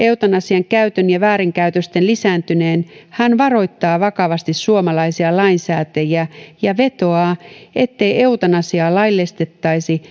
eutanasian käytön ja väärinkäytösten lisääntyneen hän varoittaa vakavasti suomalaisia lainsäätäjiä ja vetoaa ettei eutanasiaa laillistettaisi